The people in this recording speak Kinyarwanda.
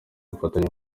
ubufatanye